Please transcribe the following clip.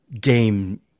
game